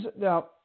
now